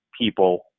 people